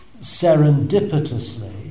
Serendipitously